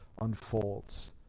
unfolds